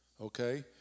okay